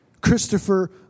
Christopher